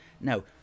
Now